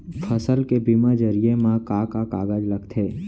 फसल के बीमा जरिए मा का का कागज लगथे?